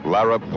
Lara